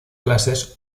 clases